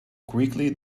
quickly